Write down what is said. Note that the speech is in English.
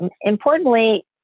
Importantly